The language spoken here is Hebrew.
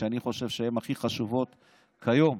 שאני חושב שהן הכי חשובות כיום.